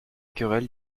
querelles